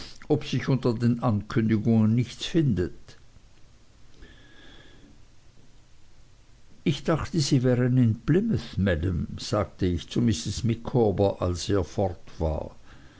ob sich unter den ankündigungen nichts findet ich dachte sie wären in plymouth maam sagte ich zu mrs micawber als er fort war